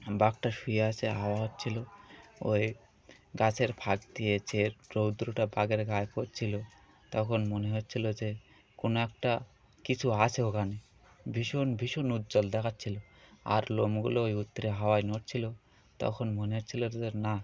বাগটা শুয়ে আসে হাওয়া হচ্ছিলো ওই গাছের ফাঁক দিয়ে যে রৌদ্রটা বাঘের গয়ে পড়ছিলো তখন মনে হচ্ছিলো যে কোনো একটা কিছু আসে ওখানে ভীষণ ভীষণ উজ্জ্বল দেখাচ্ছিলো আর লোমগুলো ওই উতরে হাওয়াই নড়ছিলো তখন মনে হচ্ছিলো যে না